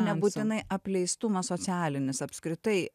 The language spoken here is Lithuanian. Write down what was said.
nebūtinai apleistumas socialinis apskritai